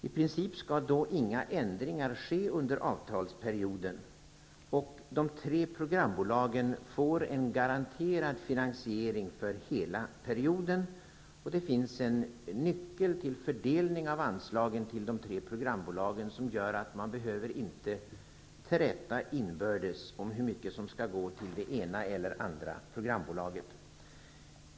I princip skall inga ändringar ske under avtalsperioden. De tre programbolagen får en garanterad finansiering för hela perioden. Det finns en nyckel till fördelning av anslagen till de tre programbolagen, som gör att man inte behöver träta inbördes om hur mycket som skall gå till det ena eller andra programbolaget.